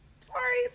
sorry